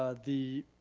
ah the